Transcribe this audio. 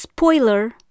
Spoiler